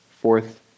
fourth